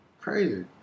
Crazy